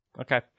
Okay